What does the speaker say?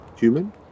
human